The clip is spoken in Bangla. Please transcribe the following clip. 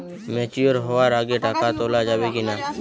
ম্যাচিওর হওয়ার আগে টাকা তোলা যাবে কিনা?